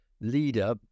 leader